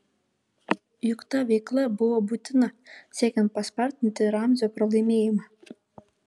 juk ta veikla buvo būtina siekiant paspartinti ramzio pralaimėjimą